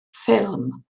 ffilm